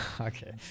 Okay